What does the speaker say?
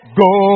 go